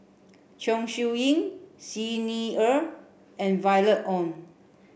Chong Siew Ying Xi Ni Er and Violet Oon